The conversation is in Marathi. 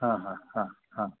हां हां हां हां